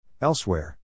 Elsewhere